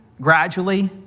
gradually